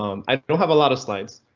um i don't have a lot of slides.